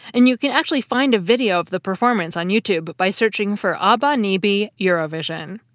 and you can actually find a video of the performance on youtube by searching for ah-bah-nee-bee eurovision.